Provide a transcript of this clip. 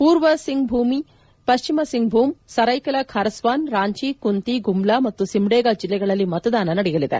ಪೂರ್ವ ಸಿಂಗ್ಭೂಮ್ ಪಶ್ಚಿಮ ಸಿಂಗ್ಭೂಮ್ ಸರೈಕೆಲಾ ಖಾರ್ಸ್ವಾನ್ ರಾಂಚಿ ಕುಂತಿ ಗುಮ್ಲಾ ಮತ್ತು ಸಿಮ್ಡೇಗ ಜಿಲ್ಲೆಗಳಲ್ಲಿ ಮತದಾನ ನಡೆಯಲಿದೆ